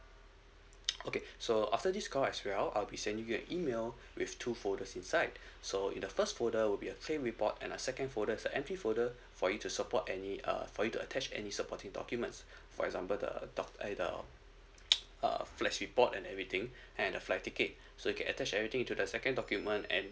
okay so after this call as well I'll be sending you an email with two folders inside so in the first folder would be a claim report and a second folder is an empty folder for you to support any uh for you to attach any supporting documents for example the doc~ at the uh claim report and everything and the flight ticket so you can attach everything to the second document and